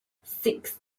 six